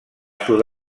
sud